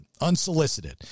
unsolicited